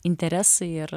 interesai ir